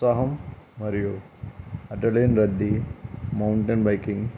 ఉత్సాహం మరియు ఆడ్రలిన్ రద్దీ మౌంటైన్ బైకింగ్